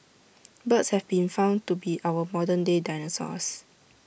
birds have been found to be our modern day dinosaurs